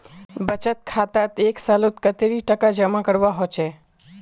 बचत खातात एक सालोत कतेरी टका जमा करवा होचए?